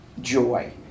joy